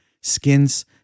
Skins